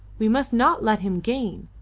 we must not let him gain.